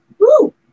Woo